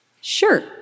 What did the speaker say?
Sure